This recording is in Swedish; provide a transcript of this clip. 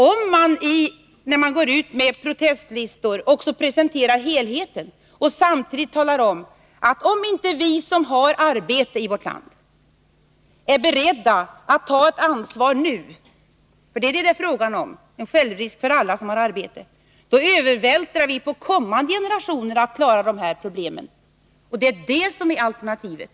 Om man inte, när man går ut med protestlistor, också presenterar helheten och samtidigt talar om att ifall inte vi som har arbete här i landet är beredda att ta ett ansvar nu — för det är fråga om en självrisk för alla som har arbete — så övervältrar man på kommande generationer att klara de här problemen. Det är det som är alternativet.